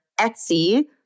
Etsy